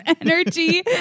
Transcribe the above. Energy